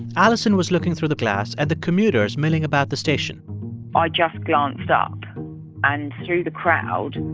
alison was looking through the glass at the commuters milling about the station i just glanced ah up and through the crowd